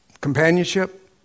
Companionship